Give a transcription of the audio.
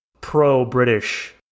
pro-British